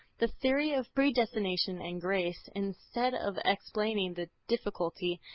the theory of predestination and grace, instead of explaining the difficulty,